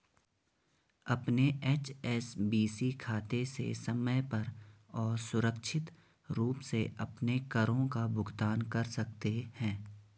अपने एच.एस.बी.सी खाते से समय पर और सुरक्षित रूप से अपने करों का भुगतान कर सकते हैं